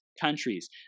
countries